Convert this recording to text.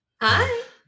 Hi